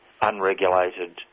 unregulated